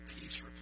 peace